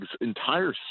entire